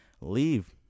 leave